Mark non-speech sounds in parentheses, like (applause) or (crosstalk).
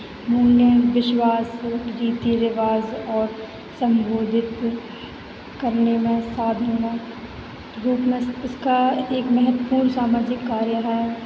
(unintelligible) विश्वास रीति रिवाज़ और संबोधित करने में साधना रूप में इस इसका एक महत्वपूर्ण सामाजिक कार्य है